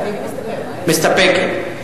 מסתפקת.